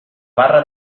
barra